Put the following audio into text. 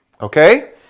Okay